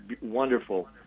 wonderful